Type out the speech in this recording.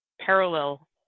parallel